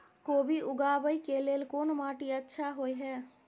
कोबी उगाबै के लेल कोन माटी अच्छा होय है?